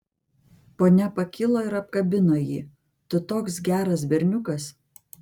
ponia pakilo ir apkabino jį tu toks geras berniukas